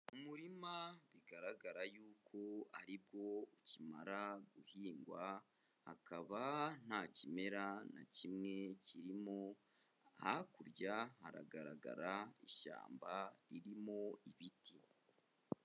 Umurima bigaragara yuko ari bwo ukimara guhingwa, hakaba nta kimera na kimwe kirimo, hakurya haragaragara ishyamba ririmo ibiti.